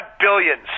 Billions